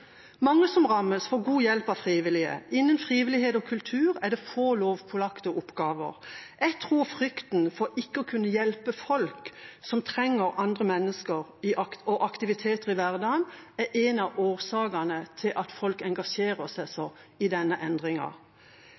Mange av dem som rammes, får god hjelp av frivillige. Innenfor frivillighet og kultur er det få lovpålagte oppgaver. Jeg tror frykten for ikke å kunne hjelpe folk som trenger andre mennesker og aktiviteter i hverdagen, er en av årsakene til at folk engasjerer seg så mye i forbindelse med denne